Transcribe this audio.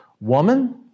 Woman